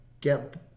get